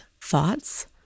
thoughts